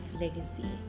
Legacy